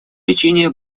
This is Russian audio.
лечение